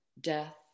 death